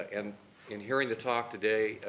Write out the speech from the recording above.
and in hearing the talk today,